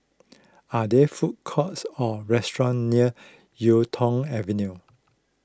are there food courts or restaurants near Yuk Tong Avenue